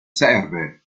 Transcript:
serve